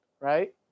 Right